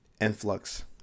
influx